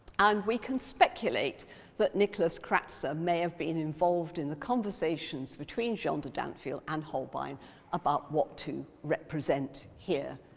and we can speculate that nicholas kratzer may have been involved in the conversations between jean de dinteville and holbein about what to represent here.